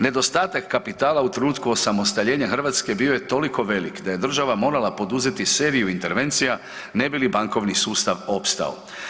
Nedostatak kapitala u trenutku osamostaljenja Hrvatske bio je toliko velik da je država morala poduzeti seriju intervencija ne bi li bankovni sustav opstao.